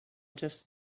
just